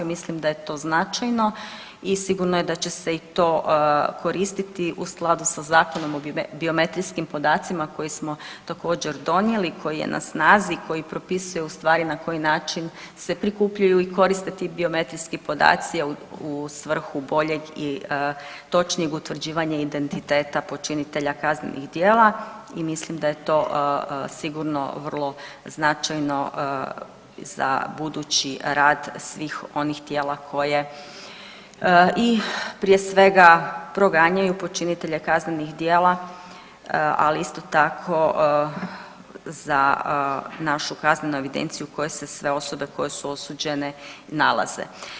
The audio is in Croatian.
Mislim da je to značajno i sigurno je da će se i to koristiti u skladu sa Zakonom o biometrijskim podacima koje smo također donijeli, koji je na snazi, koji propisuje u stvari na koji način se prikupljaju i koriste ti biometrijski podaci, a u svrhu boljeg i točnijeg utvrđivanja identiteta počinitelja kaznenih djela i mislim da je to sigurno vrlo značajno za budući rad svih onih tijela koje i prije svega proganjanju počinitelje kaznenih djela, ali isto tako za našu kaznenu evidenciju koje sve osobe koje su osuđene nalaze.